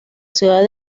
ciudad